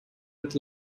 with